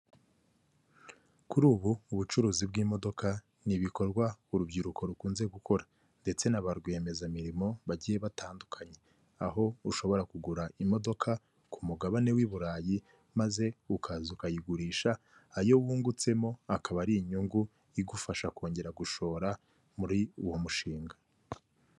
Kuri ubu ubucuruzi bw'imodoka ni ibikorwa urubyiruko rukunze gukora, ndetse na ba rwiyemezamirimo bagiye batandukanye, aho ushobora kugura imodoka ku mugabane w'i Burayi, maze ukaza ukayigurisha, ayo wungutsemo akaba ari inyungu igufasha kongera gushora muri uwo mushinga.